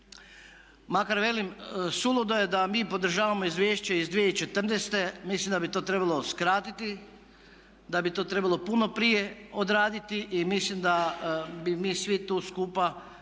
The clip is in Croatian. Makar velim, suludo je da mi podržavamo izvješće iz 2014., mislim da bi to trebalo skratiti, da bi to trebalo puno prije odraditi i mislim da bi mi svi tu skupa morali